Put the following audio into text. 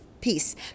peace